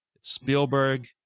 Spielberg